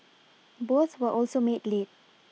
both were also made late